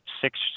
six